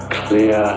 clear